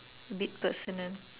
bit personal